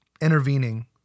intervening